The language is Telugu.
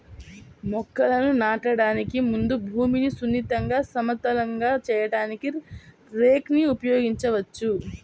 మొక్కలను నాటడానికి ముందు భూమిని సున్నితంగా, సమతలంగా చేయడానికి రేక్ ని ఉపయోగించవచ్చు